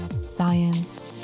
science